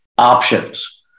options